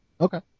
Okay